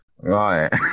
Right